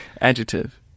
Adjective